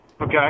Okay